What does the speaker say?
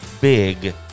big